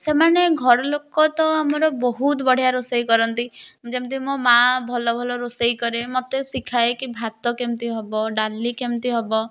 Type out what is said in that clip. ସେମାନେ ଘର ଲୋକ ତ ଆମର ବହୁତ ବଢ଼ିଆ ରୋଷେଇ କରନ୍ତି ଯେମିତି ମୋ ମାଆ ଭଲ ଭଲ ରୋଷେଇ କରେ ମୋତେ ଶିଖାଏ କି ଭାତ କେମିତି ହେବ ଡାଲି କେମିତି ହେବ